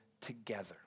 together